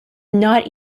not